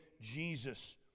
jesus